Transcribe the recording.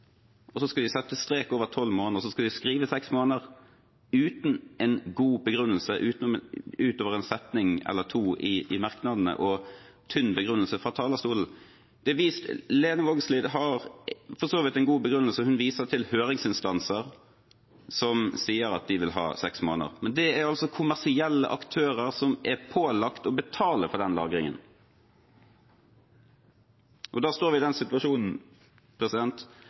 og så skal de sette strek over tolv måneder og skrive seks måneder – uten en god begrunnelse utover en setning eller to i merknadene og en tynn begrunnelse fra talerstolen. Lene Vågslid har for så vidt en god begrunnelse når hun viser til høringsinstanser som sier at de vil ha seks måneder, men det er altså kommersielle aktører som er pålagt å betale for den lagringen. Da står vi i den situasjonen